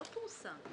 לא פורסם.